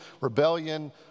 rebellion